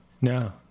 No